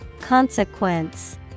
Consequence